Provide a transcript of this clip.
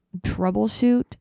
troubleshoot